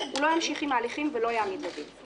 הוא לא ימשיך עם ההליכים ולא יעמיד לדין.